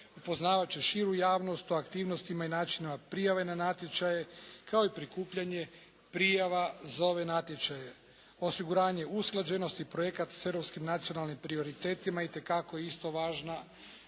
upoznavat će širu javnost o aktivnostima o načinima prijave na natječaje kao i prikupljanje prijava za ove natječaje. Osiguranje usklađenosti i projekt s europskim nacionalnim prioriteta itekako je isto tako